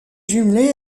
jumelée